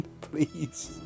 please